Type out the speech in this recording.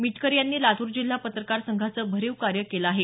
मिटकरी यांनी लातूर जिल्हा पत्रकार संघाचं भरीव कार्य केलं आहे